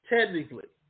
Technically